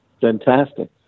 fantastic